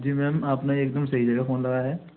जी ma'am आपने एकदम सही जगह फ़ोन लगाया है